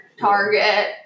target